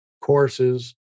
courses